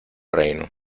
reino